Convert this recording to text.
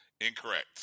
Incorrect